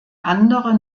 andere